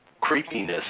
Creepiness